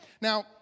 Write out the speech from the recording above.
now